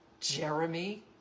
Jeremy